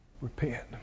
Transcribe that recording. Repent